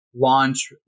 launch